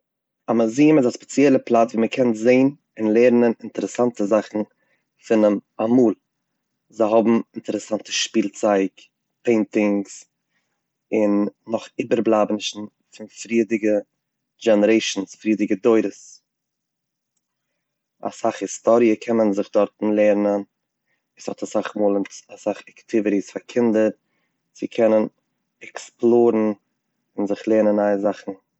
א מוזיעם איז א ספעציעלע פלאץ וואס מ'קען זען אינטערעסאנטע זאכן פונעם אמאל, זיי האבן אינטערעסאנטע שפילצייג, פעינטינגס און נאך איבערבלייבענישן פון פריערדיגע דזשענערעישענס, פריערדיגע דורות, אסאך היסטאריע קען מען זיך דארטן לערנען, ס'האט אסאך מאל אסאך עקטיוויטיס פאר קינדער צו קענען עקספלארן און זיך קענען לערנען נייע זאכן.